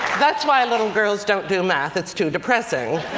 that's why little girls don't do math. it's too depressing.